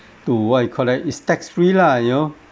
to what you call that it's tax free lah you know